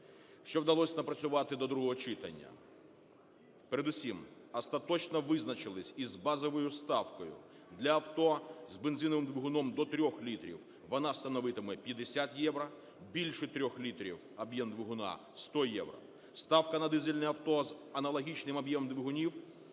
Що вдалось напрацювати до другого читання? Передусім остаточно визначились із базовою ставкою для авто з бензиновим двигуном до 3 літрів, вона становитиме 50 євро, більше 3 літрів об'єм двигуна – 100 євро. Ставка на дизельне авто з аналогічним об'ємом двигунів –